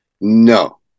no